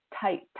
tight